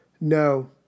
no